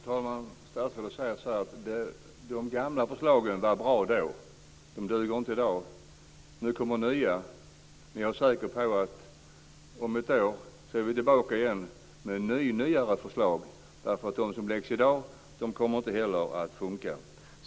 Fru talman! Statsrådet säger att de gamla lösningarna var bra tidigare men att de inte duger i dag. Nu kommer nya förslag. Jag är dock säker på att ni om ett år är tillbaka igen med ännu nyare förslag, eftersom inte heller de som läggs fram i dag kommer att funka.